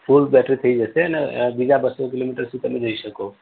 full battery થઈ જશે અને બીજા બસો કિલોમીટર સુધી તમે જઈ શકો